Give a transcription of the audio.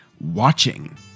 watching